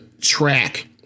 track